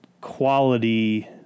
quality